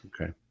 Okay